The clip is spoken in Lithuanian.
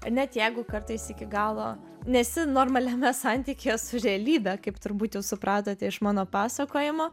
net jeigu kartais iki galo nesi normaliame santykyje su realybe kaip turbūt jau supratote iš mano pasakojimo